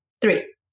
three